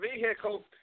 vehicle